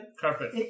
Carpet